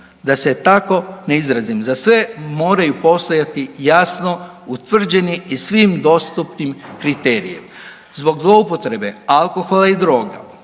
da se tako ne izrazim, za sve moraju postojati jasno utvrđeni i svim dostupnim kriterijima. Zbog zloupotrebe alkohola i droga